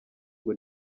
ngo